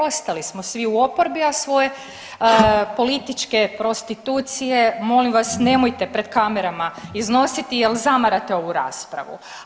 Ostali smo svi u oporbi, a svoje političke prostitucije molim vas nemojte pred kamerama iznositi jer zamarate ovu raspravu.